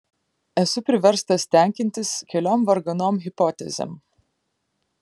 esu priverstas tenkintis keliom varganom hipotezėm